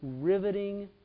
riveting